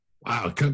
Wow